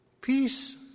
Peace